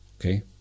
Okay